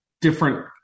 different